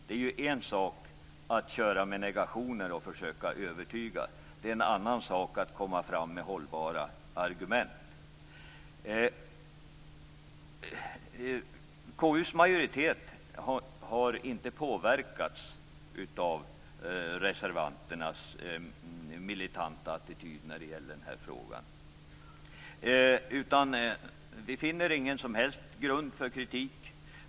Det är en sak att köra med negationer och försöka övertyga, men det är en annan sak att komma fram med hållbara argument. KU:s majoritet har inte påverkats av reservanternas militanta attityd när det gäller den här frågan. Vi finner ingen som helst grund för kritik.